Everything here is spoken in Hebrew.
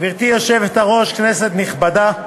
גברתי היושבת-ראש, כנסת נכבדה,